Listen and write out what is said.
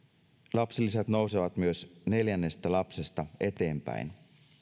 lapsilisät nousevat myös neljännestä lapsesta eteenpäin